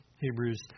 Hebrews